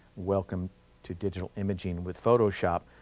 welcome to digital imaging with photoshop,